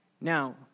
Now